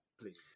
please